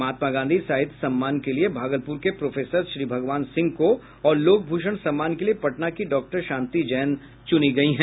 महात्मा गांधी साहित्य सम्मान के लिये भागलपुर के प्रोफेसर श्रीभगवान सिंह को और लोक भूषण सम्मान के लिये पटना की डॉक्टर शांति जैन चुनी गयी हैं